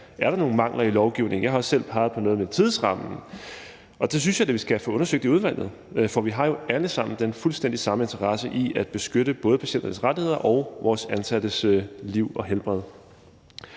der er nogle mangler i lovgivningen. Jeg har også selv peget på noget med tidsrammen. Det synes jeg da vi skal få undersøgt i udvalget, for vi har jo alle sammen den fuldstændig samme interesse i at beskytte både patienternes rettigheder og vores ansattes liv og helbred.